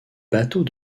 bateaux